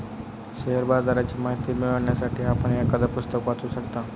share बाजाराची माहिती मिळवण्यासाठी आपण एखादं पुस्तक वाचू शकता